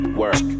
work